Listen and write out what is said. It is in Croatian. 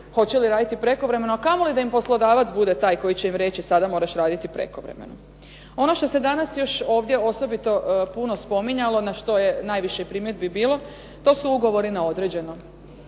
hoće li raditi prekovremeno, a kamoli da im poslodavac bude taj koji će im reći sada moraš raditi prekovremeno. Ono što se danas još ovdje osobito puno spominjalo na što je najviše primjedbi bilo to su ugovori na određeno.